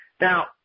Now